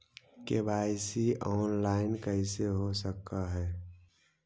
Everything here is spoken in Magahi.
के.वाई.सी ऑनलाइन कैसे हो सक है?